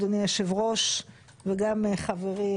אדוני היושב-ראש וגם חברי,